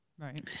Right